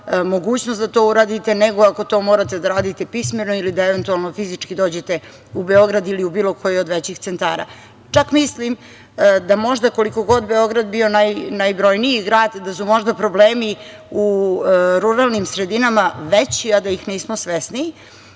mogućnost da to uradite, nego ako to morate da radite pismeno ili da eventualno fizički dođete u Beograd ili u bilo koji od većih centara. Koliko god Beograd bio najbrojniji grad, mislim da su možda problemi u ruralnim sredinama veći a da ih nismo svesni